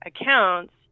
accounts